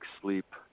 sleep